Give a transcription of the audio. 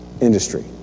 industry